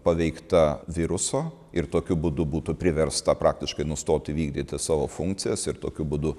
paveikta viruso ir tokiu būdu būtų priversta praktiškai nustoti vykdyti savo funkcijas ir tokiu būdu